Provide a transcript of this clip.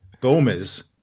Gomez